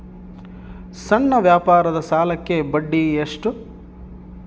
ಸಣ್ಣ ವ್ಯಾಪಾರದ ಸಾಲಕ್ಕೆ ಬಡ್ಡಿ ಎಷ್ಟು?